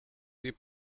les